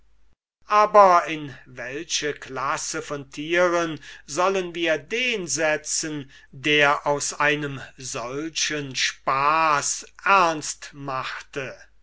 aber in welche classe von tieren sollen wir den setzen der aus einem solchen spaß ernst machte